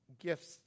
gifts